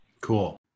Cool